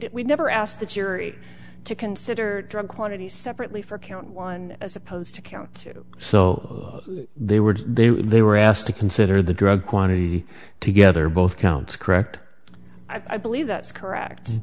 did we never asked the jury to consider drug quantities separately for count one as opposed to count two so they were there they were asked to consider the drug quantity together both counts correct i believe that's correct